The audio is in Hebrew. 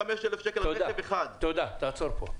תעצור פה.